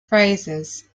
phrases